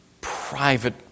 private